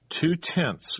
Two-tenths